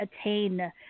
attain